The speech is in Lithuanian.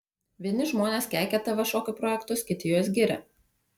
vieni žmonės keikia tv šokių projektus kiti juos giria